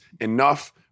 enough